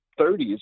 30s